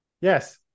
Yes